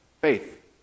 Faith